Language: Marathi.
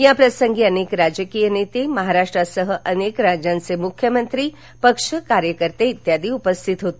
याप्रसंगी अनेक राजकीय नेते महाराष्ट्रासह अनेक राज्यांचे मुख्यमंत्री पक्ष कार्यकर्ते इत्यादि उपस्थित होते